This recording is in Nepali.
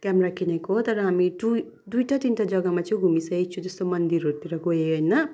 क्यामेरा किनेको तर हामी टू दुईवटा तिनवटा जग्गामा चाहिँ घुमिसकेको छु जस्तै मन्दिरहरूतिर गएँ होइन